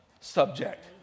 subject